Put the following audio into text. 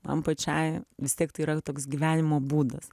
man pačiai vis tiek tai yra toks gyvenimo būdas